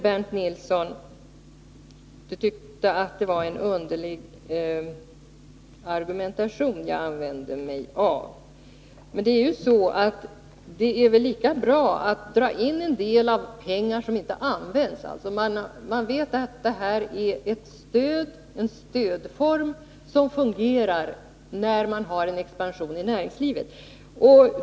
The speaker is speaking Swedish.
Bernt Nilsson tyckte att det var en underlig argumentation jag förde. Men det är väl lika bra att dra in de pengar som inte används? Det här är en stödform som bara fungerar när man har en expansion i näringslivet.